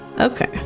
Okay